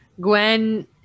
Gwen